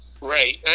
Right